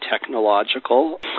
technological